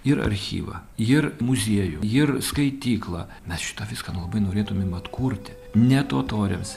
ir archyvą ir muziejų ir skaityklą mes šitą viską nu labai norėtumėm atkurti ne totoriams